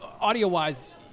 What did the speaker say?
audio-wise